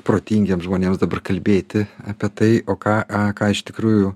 protingiems žmonėms dabar kalbėti apie tai o ką ką iš tikrųjų